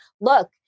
look